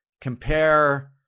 Compare